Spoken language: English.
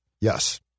Yes